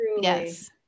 yes